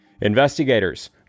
Investigators